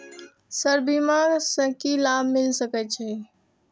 Sir बीमा से की लाभ मिल सके छी?